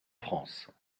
france